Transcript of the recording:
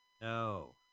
No